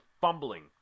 fumbling